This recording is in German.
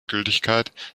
gültigkeit